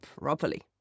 properly